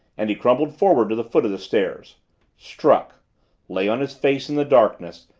and he crumpled forward to the foot of the stairs struck lay on his face in the darkness,